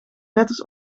letters